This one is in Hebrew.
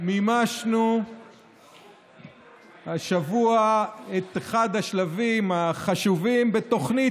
מימשנו השבוע את אחד השלבים החשובים בתוכנית